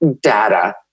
data